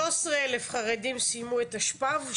13,000 חרדים סיימו לימודים בתשפ"ב.